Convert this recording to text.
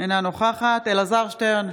אינה נוכחת אלעזר שטרן,